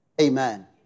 Amen